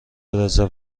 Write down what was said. رزرو